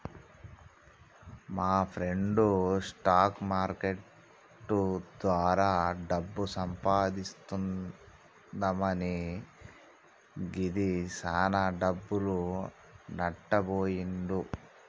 మాప్రెండు stock market ద్వారా డబ్బు సంపాదిద్దామని దిగి చానా డబ్బులు నట్టబొయ్యిండు